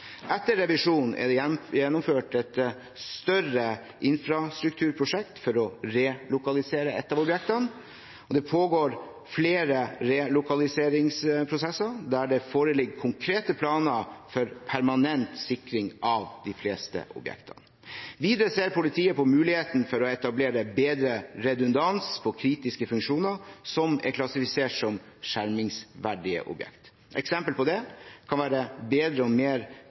Etter revisjonen er det gjennomført et større infrastrukturprosjekt for å relokalisere et av objektene, og det pågår flere relokaliseringsprosesser der det foreligger konkrete planer for permanent sikring av de fleste objektene. Videre ser politiet på muligheten for å etablere bedre redundans på kritiske funksjoner som er klassifisert som skjermingsverdige objekter. Eksempler på det kan være bedre og mer